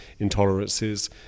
intolerances